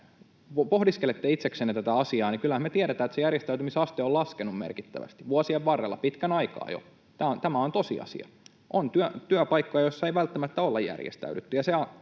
pohdiskelette itseksenne tätä asiaa, niin kyllähän me tiedetään, että se järjestäytymisaste on laskenut merkittävästi vuosien varrella, pitkän aikaa jo. Tämä on tosiasia. On työpaikkoja, joissa ei välttämättä olla järjestäydytty,